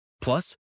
Plus